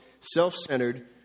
self-centered